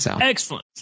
Excellent